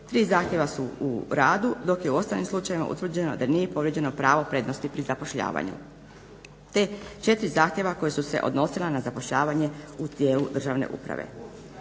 3 zahtjeva su u radu dok je u ostalim slučajevima utvrđeno da nije povrijeđeno pravo prednosti pri zapošljavanju te 4 zahtjeva koja su se odnosila na zapošljavanje u dijelu državne uprave.